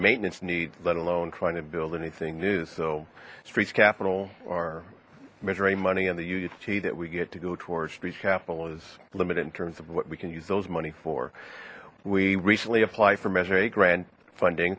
maintenance needs let alone trying to build anything new so streets capital or measure a money and the unity that we get to go towards reach capital is limited in terms of what we can use those money for we recently applied for measure a grant funding